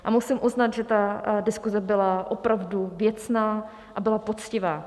A musím uznat, že ta diskuze byla opravdu věcná a byla poctivá.